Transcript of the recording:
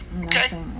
Okay